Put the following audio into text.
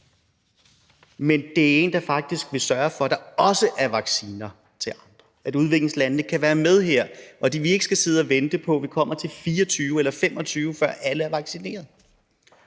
en mekanisme, der vil sørge for, at der også er vacciner til udviklingslandene, så de kan være med her og vi ikke skal sidde og vente på, at vi kommer til 2024 eller 2025, før alle er vaccineret.